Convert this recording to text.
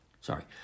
Sorry